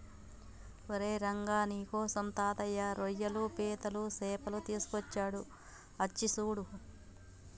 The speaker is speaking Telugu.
ఓరై రంగ నీకోసం తాతయ్య రోయ్యలు పీతలు సేపలు తీసుకొచ్చాడు అచ్చి సూడు